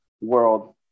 world